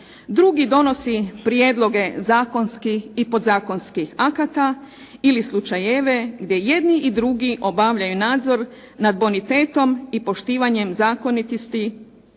drugi donosi prijedloge zakonskih i podzakonskih akata ili slučajeve gdje jedni i drugi obavljaju nadzor nad bonitetom i poštivanjem zakonitosti